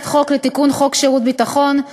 הצעת חוק לתיקון חוק שירות ביטחון,